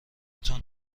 تون